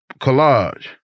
collage